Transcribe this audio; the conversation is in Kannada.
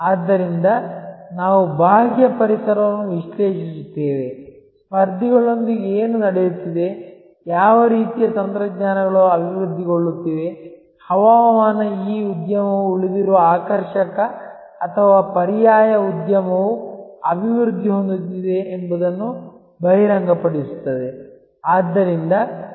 ಆದ್ದರಿಂದ ನಾವು ಬಾಹ್ಯ ಪರಿಸರವನ್ನು ವಿಶ್ಲೇಷಿಸುತ್ತೇವೆ ಸ್ಪರ್ಧಿಗಳೊಂದಿಗೆ ಏನು ನಡೆಯುತ್ತಿದೆ ಯಾವ ರೀತಿಯ ತಂತ್ರಜ್ಞಾನಗಳು ಅಭಿವೃದ್ಧಿಗೊಳ್ಳುತ್ತಿವೆ ಹವಾಮಾನ ಈ ಉದ್ಯಮವು ಉಳಿದಿರುವ ಆಕರ್ಷಕ ಅಥವಾ ಪರ್ಯಾಯ ಉದ್ಯಮವು ಅಭಿವೃದ್ಧಿ ಹೊಂದುತ್ತಿದೆ ಎಂಬುದನ್ನು ಬಹಿರಂಗಪಡಿಸುತ್ತದೆ